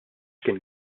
kien